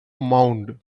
mound